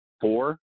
four